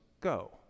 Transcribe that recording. go